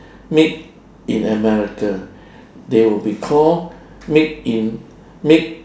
made in america they will be call made in made